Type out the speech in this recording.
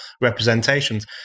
representations